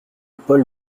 paul